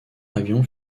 avion